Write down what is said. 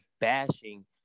bashing